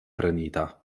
prenita